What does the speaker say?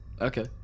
Okay